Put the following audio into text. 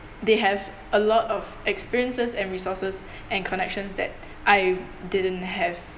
they have a lot of experiences and resources and connections that I didn't have